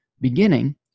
beginning